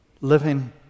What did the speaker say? living